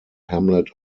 hamlet